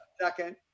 second